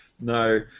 No